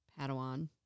Padawan